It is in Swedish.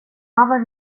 vad